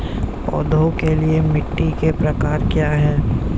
पौधों के लिए मिट्टी के प्रकार क्या हैं?